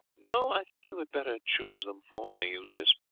no, i think you had better choose them for me, eustace.